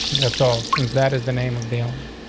that's all, since that is the name of the um